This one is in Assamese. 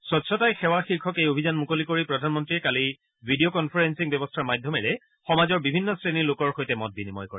স্বছ্তাই সেৱা শীৰ্ষক এই অভিযান মুকলি কৰি প্ৰধানমন্ত্ৰীয়ে কালি ভিডিঅ কনফাৰেলিং ব্যৱস্থাৰ মাধ্যমেৰে সমাজৰ বিভিন্ন শ্ৰেণীৰ লোকৰ সৈতে মত বিনিময় কৰে